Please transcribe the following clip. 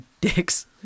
dicks